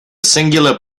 singular